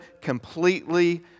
completely